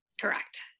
Correct